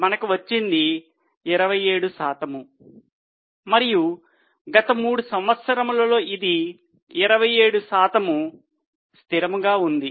మనకు వచ్చింది 27శాతం మరియు గత మూడు సంవత్సరముల లో ఇది 27 స్థిరముగా ఉంది